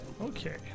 okay